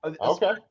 Okay